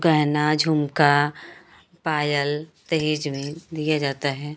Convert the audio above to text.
गहना झुमका पायल दहेज में दिया जाता है